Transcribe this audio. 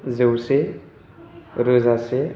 जौसे से रोजा